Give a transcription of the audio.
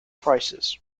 prices